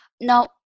now